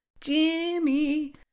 Jimmy